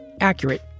accurate